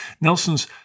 Nelson's